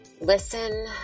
listen